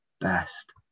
best